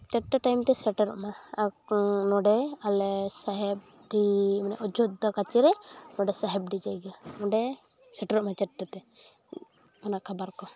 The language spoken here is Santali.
ᱪᱟᱨᱴᱟ ᱴᱟᱭᱤᱢ ᱛᱮ ᱥᱮᱴᱮᱨᱚᱜ ᱢᱟ ᱟᱠ ᱱᱚᱰᱮ ᱟᱞᱮ ᱥᱟᱦᱮᱵᱰᱤ ᱢᱟᱱᱮ ᱟᱡᱳᱫᱽᱫᱟ ᱠᱟᱪᱷᱮᱨᱮ ᱱᱚᱰᱮ ᱥᱟᱦᱮᱵᱰᱤ ᱡᱟᱭᱜᱟ ᱚᱸᱰᱮ ᱥᱮᱴᱮᱨᱚᱜ ᱢᱮ ᱪᱟᱨᱴᱟᱛᱮ ᱚᱱᱟ ᱠᱷᱟᱵᱟᱨ ᱠᱚ